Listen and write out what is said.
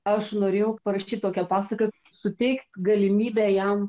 aš norėjau parašyt tokią pasaką suteikt galimybę jam